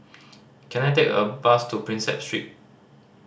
can I take a bus to Prinsep Street